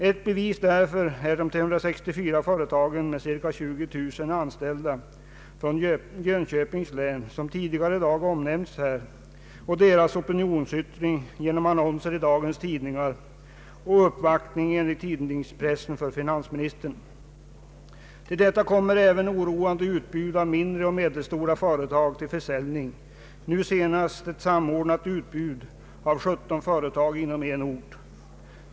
Ett bevis därför är de 364 företag från Jönköpings län med cirka 20 000 anställda, som tidigare i dag omnämnts, och deras opinionsyttring genom annonser i dagens tidningar och uppvaktning för finansministern, enligt tidningspressen. Till detta kommer även oroande utbud av mindre och medelstora företag till försäljning, nu senast ett samordnat utbud av 17 företag inom en ort.